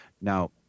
Now